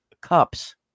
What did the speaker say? cups